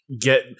get